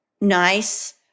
nice